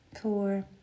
four